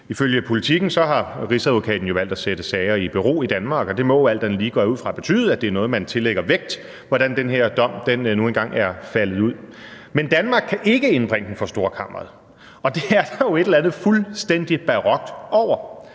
Ifølge Politiken har Rigsadvokaten jo valgt at sætte sager i bero i Danmark, og det må alt andet lige, går jeg ud fra, betyde, at det er noget, man tillægger vægt, altså hvordan den her dom nu engang er faldet ud. Men Danmark kan ikke indbringe den for Storkammeret, og det er der jo et eller andet fuldstændig barokt over.